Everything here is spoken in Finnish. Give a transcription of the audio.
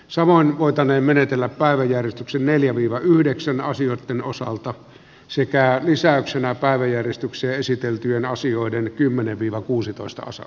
samoin voitaneen menetellä päivän järistyksen neljä viva yhdeksän asioitten osalta sekä lisäyksenä päivän järistyksiä esiteltyjen asioiden kymmenen viva kuusitoista osa